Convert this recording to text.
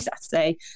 Saturday